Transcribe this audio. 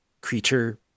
creature